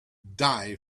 die